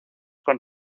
con